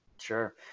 Sure